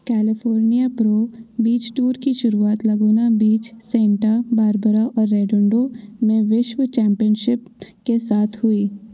California pro beach tour की शुरुआत Laguna Beach Santa Barbara और रेडोंडो में विश्व चैम्पियनशिप के साथ हुई